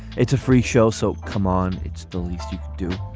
it's a free show, so come on, it's the least you could do.